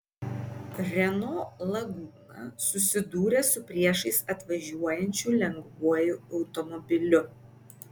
renault laguna susidūrė su priešais atvažiuojančiu lengvuoju automobiliu